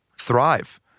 Thrive